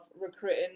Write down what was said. recruiting